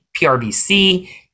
PRBC